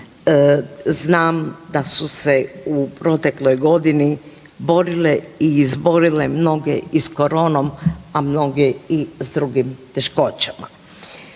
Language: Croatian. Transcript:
znam da su se u protekloj godini borile i izborile mnoge i s koronom, a mnoge i s drugim teškoćama.